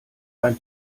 ein